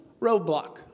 roadblock